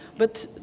but